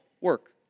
work